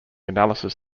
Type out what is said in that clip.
analysis